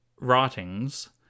writings